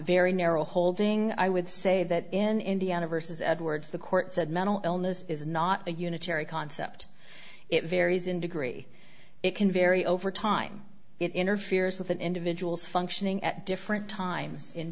very narrow holding i would say that in indiana versus edwards the court said mental illness is not a unitary concept it varies in degree it can vary over time it interferes with an individual's functioning at different times in